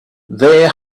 their